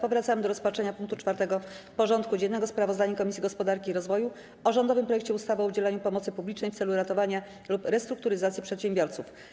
Powracamy do rozpatrzenia punktu 4. porządku dziennego: Sprawozdanie Komisji Gospodarki i Rozwoju o rządowym projekcie ustawy o udzielaniu pomocy publicznej w celu ratowania lub restrukturyzacji przedsiębiorców.